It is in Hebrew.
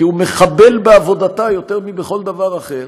כי זה מחבל בעבודתה יותר מבכל דבר אחר,